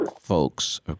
folks